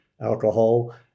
alcohol